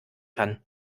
kann